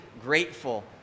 grateful